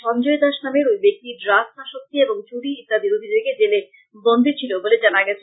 সঞ্জয় দাস নামের ওই ব্যাক্তি ড্রাগস আসক্তি এবং চুরি ইত্যাদির অভিযোগে জেলে বন্দি ছিল বলে জানা গেছে